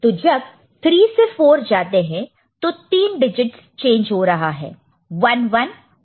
तो जब 3 से 4 जाते हैं तो 3 डिजिटस चेंज हो रहा है 11 100 बन रहा है